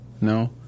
No